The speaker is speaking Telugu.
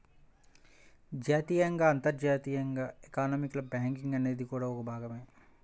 జాతీయంగా, అంతర్జాతీయంగా ఎకానమీలో బ్యాంకింగ్ అనేది కూడా ఒక భాగమే